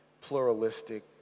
pluralistic